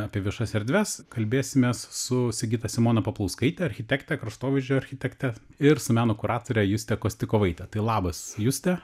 apie viešas erdves kalbėsimės su sigita simona paplauskaite architekte kraštovaizdžio architekte ir su meno kuratore juste kostikovaite tai labas juste